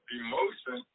emotion